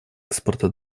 экспорта